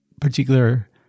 particular